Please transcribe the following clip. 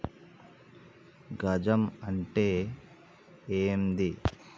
గజం అంటే ఏంది?